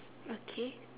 okay